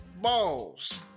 balls